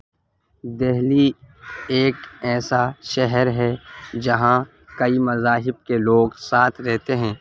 دہلی ایک ایسا شہر ہے جہاں کئی مذاہب کے لوگ ساتھ رہتے ہیں